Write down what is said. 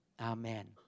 Amen